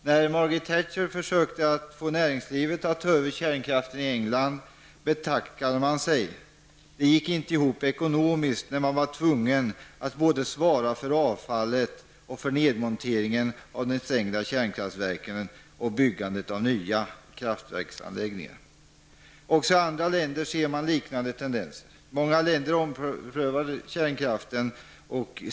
När Margaret Thatcher i England försökte få näringslivet att ta över kärnkraften betackade man sig — det gick inte ihop ekonomiskt när man var tvungen att svara både för avfallet och för nedmonteringen av de stängda kärnkraftverken och byggandet av nya kraftverksanläggningar. Också i andra länder ser man liknande tendenser. Många länder omprövar kärnkraften.